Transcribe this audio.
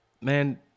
man